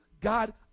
God